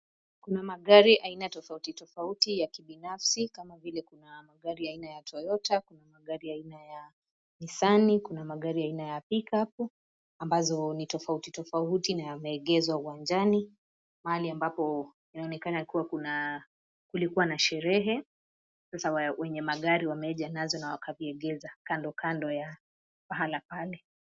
Kuna magari aina tofauti tofauti ya kibinafsi, kama vile kuna magari aina ya Toyota, kuna magari aina ya nisani, kuna magari aina ya pikapu, ambazo ni tofauti tofauti, na yameegezwa uwanjani mahali ambapo inaonekana kua kulikua na sherehe, unapata wenye magazi wameja nazo na wakaviegeza kando kando ya pahala pale.